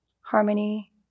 harmony